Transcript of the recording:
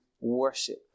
worship